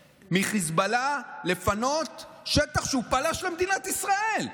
מחיזבאללה לפנות שטח שאליו פלש במדינת ישראל.